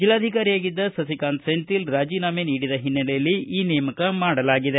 ಜೆಲ್ಲಾಧಿಕಾರಿಯಾಗಿದ್ದ ಸಿಕಾಂತ್ ಸೆಂಥಿಲ್ ರಾಜೀನಾಮೆ ನೀಡಿದ ಹಿನ್ನೆಲೆಯಲ್ಲಿ ಈ ನೇಮಕ ಮಾಡಲಾಗಿದೆ